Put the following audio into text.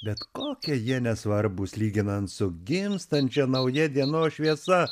bet kokie jie nesvarbūs lyginant su gimstančia nauja dienos šviesa